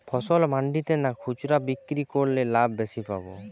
ফসল মন্ডিতে না খুচরা বিক্রি করলে লাভ বেশি পাব?